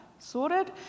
Sorted